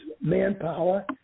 manpower